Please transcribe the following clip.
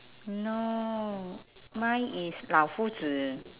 no mine is 老夫子